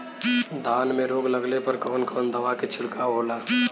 धान में रोग लगले पर कवन कवन दवा के छिड़काव होला?